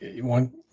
one